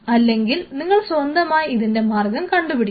അല്ലെങ്കിൽ നിങ്ങൾ സ്വന്തമായി ഇതിൻറെ മാർഗ്ഗം കണ്ടുപിടിക്കുക